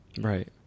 Right